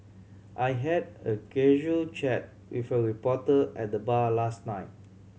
I had a casual chat with a reporter at the bar last night